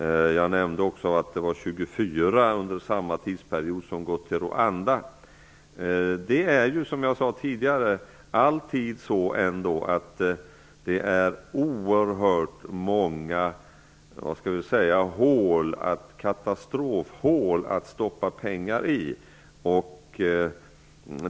Jag nämnde också att det var 24 miljoner som gått till Rwanda under samma tidsperiod. Som jag sade tidigare finns det alltid oerhört många katastrofhål att stoppa pengar i.